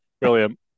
Brilliant